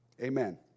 Amen